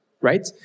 right